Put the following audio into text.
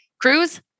Cruz